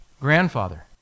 Grandfather